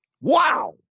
Wow